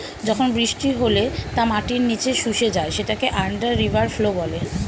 যখন বৃষ্টি হলে তা মাটির নিচে শুষে যায় সেটাকে আন্ডার রিভার ফ্লো বলে